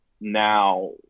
now